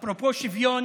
אפרופו שוויון,